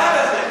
מי האחד הזה,